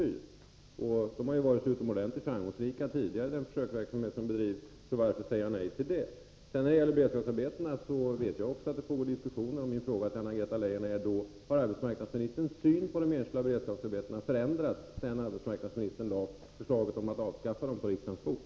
Den försöksverksamhet som tidigare bedrivits har ju varit utomordentligt framgångsrik, så varför säga nej till detta, Anna-Greta Leijon? När det gäller beredskapsarbeten vet också jag att diskussioner pågår här i riksdagen. Min fråga till Anna-Greta Leijon är då: Har arbetsmarknadsministerns syn på de enskilda beredskapsarbetena förändrats sedan arbetsmarknadsministern lade förslaget om att avskaffa dem på riksdagens bord?